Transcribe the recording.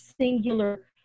singular